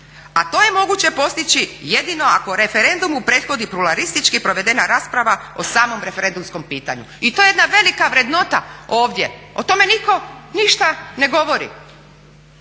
A to je moguće postići jednino ako referendumu prethodi pluralistički provedena rasprava o samom referendumskom pitanju. I to je jedna velika vrednota ovdje, o tome niko ništa ne govori.